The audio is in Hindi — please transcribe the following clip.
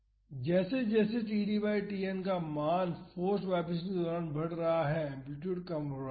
इसलिए जैसे जैसे td बाई Tn का मान फोर्स्ड वाईब्रेशन के दौरान बढ़ रहा हैं एम्पलीटूड कम हो रहा है